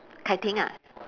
kai-ting ah